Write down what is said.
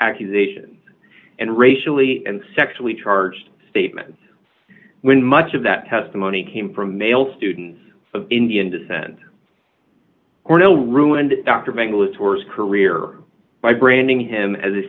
accusations and racially and sexually charged statements when much of that testimony came from male students of indian descent or no ruined dr mengele tours career by branding him as a